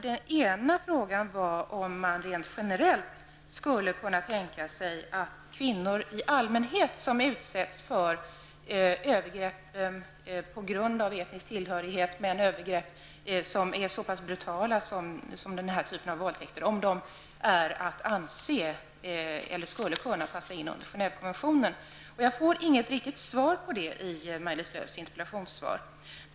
Den ena frågan var om man rent generellt skulle kunna tänka sig att kvinnor i allmänhet som på grund av etnisk tillhörighet utsätts för övergrepp som är så pass brutala som den här typen av våldtäkter skulle kunna passa in under Genèvekonventionen. Jag får inget riktigt svar på den frågan i Maj-Lis Lööws interpellationssvar.